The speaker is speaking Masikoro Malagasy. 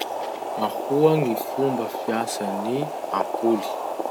Ahoa gny fomba fiasan'ny ampoly?